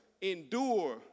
endure